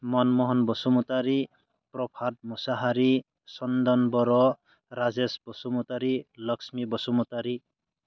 Manmohan Basumatary Prabhat Musahary Chandan Boro Rajesh Basumatary Lakshmi Basumatary